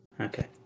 okay